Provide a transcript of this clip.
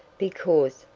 because,